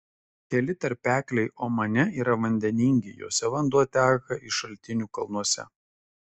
keli tarpekliai omane yra vandeningi juose vanduo teka iš šaltinų kalnuose